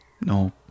no